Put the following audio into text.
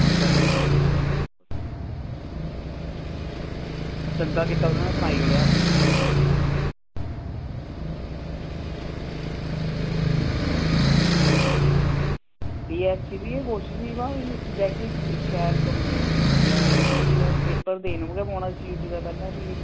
हां करनां पौनां किश चंगा कीता तुसैं सनाई ओड़ेआ जी ऐम सी बी इयै कोशिश ही ना सवजैक्ट शैल कंबीनेशन मिली जा ते ठीक ऐ पेपर देनां गै पौनां सी ई टी दा पैह्लैं